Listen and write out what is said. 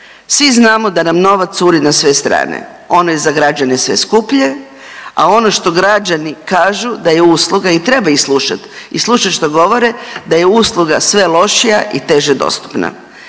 Svi znamo da nam novac curi na sve strane. Ono je za građane sve skuplje, a ono što građani kažu da je usluga i treba ih slušati i slušat što govore, da je usluga sve lošija i teže dostupna.